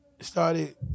Started